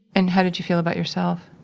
and how did you feel about yourself?